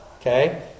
Okay